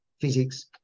physics